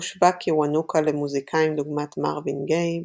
הושווה קיוונוקה למוזיקאים דוגמת מרווין גיי,